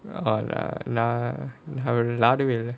alright நான் விளையாடவே இல்ல:naan vilaiyaadavae illa